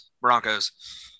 Broncos